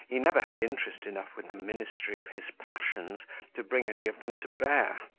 he never had interest enough with the ministry of his passions to bring any of them to bear.